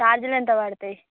చార్జ్లు ఎంత పడతాయి